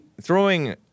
throwing